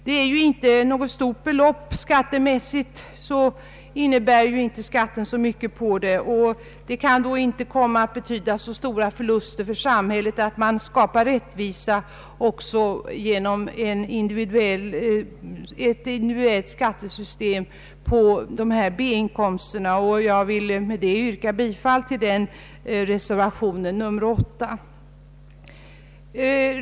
Det är ju inte fråga om något stort belopp, och skattebortfallet kan inte betyda så stora förluster för samhället att vi inte skulle kunna skapa rättvisa också genom en individuell beskattning av B inkomsterna. Jag vill med detta yrka bifall till reservation nr 8.